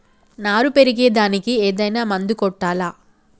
నారు పెరిగే దానికి ఏదైనా మందు కొట్టాలా?